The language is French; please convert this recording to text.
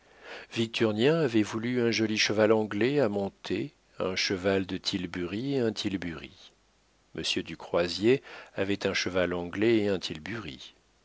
victurnien avait voulu un joli cheval anglais à monter un cheval de tilbury et un tilbury monsieur du croiser avait un cheval anglais et un tilbury